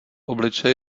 obličej